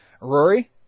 Rory